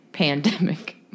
pandemic